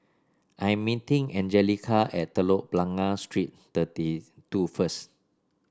I am meeting Anjelica at Telok Blangah Street Thirty two first